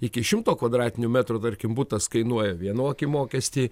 iki šimto kvadratinių metrų tarkim butas kainuoja vienokį mokestį